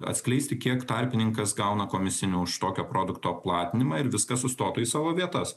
atskleisti kiek tarpininkas gauna komisinių už tokio produkto platinimą ir viskas sustotų į savo vietas